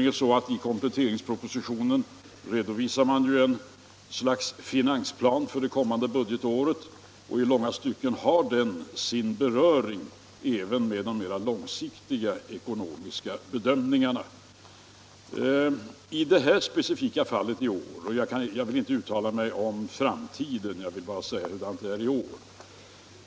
I kompletteringspropositionen redovisar man nämligen ett slags finansplan för det kommande budgetåret, och i långa stycken har den sin beröring även med de mera långsiktiga ekonomiska bedömningarna. I årets specifika fall — jag vill inte uttala mig om framtiden utan håller mig till hurdant läget är i år